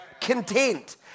content